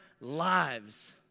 lives